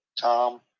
Tom